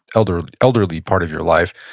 elderly elderly part of your life,